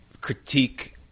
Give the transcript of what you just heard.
critique